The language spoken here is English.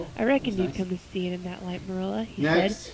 i reckoned you'd come to see it in that light, marilla, he said.